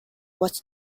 was